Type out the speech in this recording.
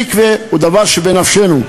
המקווה הוא דבר שבנפשנו.